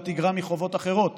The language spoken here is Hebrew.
לא תגרע מחובות אחרות